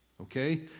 okay